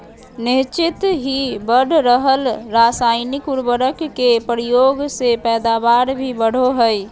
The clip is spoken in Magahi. निह्चित ही बढ़ रहल रासायनिक उर्वरक के प्रयोग से पैदावार भी बढ़ो हइ